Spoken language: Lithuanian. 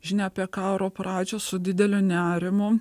žinią apie karo pradžią su dideliu nerimu